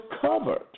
covered